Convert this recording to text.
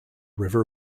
river